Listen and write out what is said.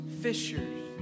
Fishers